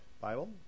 Bible